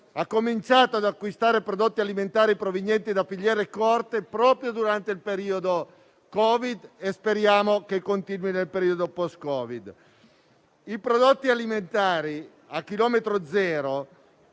ha cominciato ad acquistare prodotti alimentari provenienti da filiere corte proprio durante il periodo del Covid-19 e speriamo che continuino nel periodo post Covid-19. Per prodotti alimentari a chilometro zero